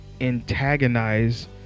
antagonize